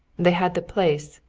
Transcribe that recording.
they had the place,